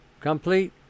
complete